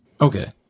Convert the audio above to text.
Okay